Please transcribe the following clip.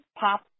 pop